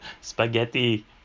spaghetti